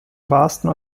wahrsten